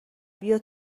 بیا